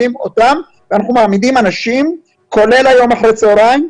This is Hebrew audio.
אנחנו מעמידים אנשים כולל היום אחר הצוהריים,